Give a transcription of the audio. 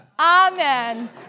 Amen